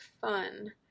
fun